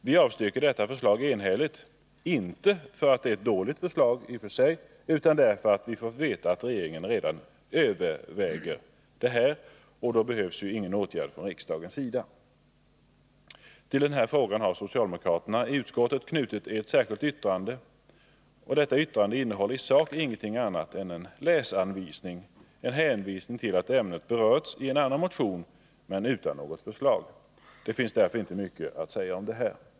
Vi avstyrker detta förslag enhälligt —inte därför att det är ett dåligt förslag i och för sig, utan därför att vi fått veta att regeringen redan övervägt detta, och då behövs ju ingen åtgärd från riksdagens sida. Till den här frågan har socialdemokraterna i utskottet knutit ett särskilt yttrande. Yttrandet innehåller i sak ingenting annat än en läsanvisning— en hänvisning till att ämnet berörts i en annan motion men utan något förslag. Det finns därför inte mycket att säga om detta.